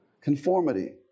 conformity